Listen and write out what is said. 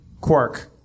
Quark